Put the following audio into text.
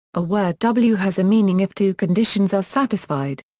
a word w has a meaning if two conditions are satisfied.